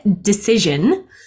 decision